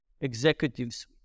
executives